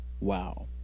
Wow